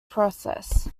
process